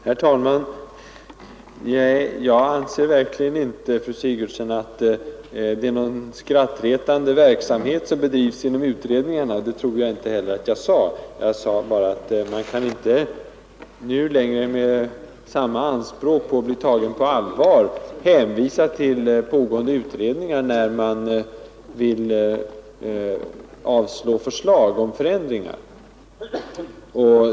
Herr talman! Jag anser verkligen inte, fru Sigurdsen, att det är någon skrattretande verksamhet som bedrivs inom utredningarna, och det tror jag inte heller att jag sade. Jag sade bara, att man inte nu längre med samma anspråk på att bli tagen på allvar kan hänvisa till pågående utredningar när man vill avslå förslag om förändringar.